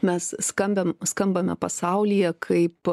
mes skambam skambame pasaulyje kaip